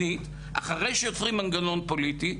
שנית, אחרי שיוצרים מנגנון פוליטי,